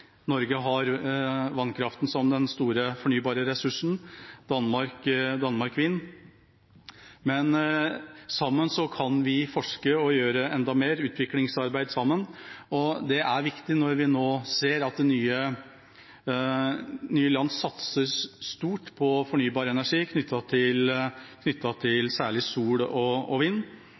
Norge har vannkraften som den store fornybare ressursen, Danmark har vind. Men sammen kan vi forske og gjøre enda mer utviklingsarbeid sammen, og det er viktig når vi nå ser at nye land satser stort på fornybar energi knyttet til særlig sol og vind. Og